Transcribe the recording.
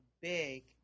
big